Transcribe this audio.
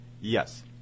Yes